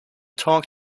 talk